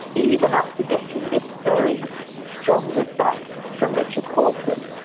even after getting this very strong rebuff from richard horton,